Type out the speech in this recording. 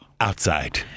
outside